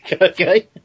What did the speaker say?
Okay